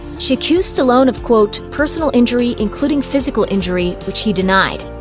she accused stallone of, quote, personal injury, including physical injury, which he denied.